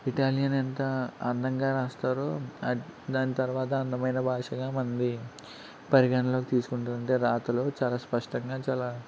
Italian ఎంత అందంగా రాస్తారో దాని తర్వాత అందమైన భాషగా మంది పరిగణలోకి తీసుకుంటుంటే రాతలు చాలా స్పష్టంగా చాలా